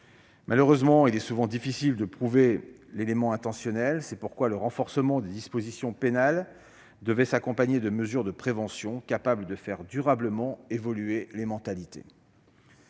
Malheureusement, il est souvent difficile de prouver l'élément intentionnel. C'est pourquoi le renforcement des dispositions pénales devait s'accompagner de mesures de prévention susceptibles de faire durablement évoluer les mentalités.